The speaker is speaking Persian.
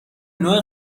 نوع